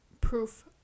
proof